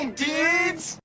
dudes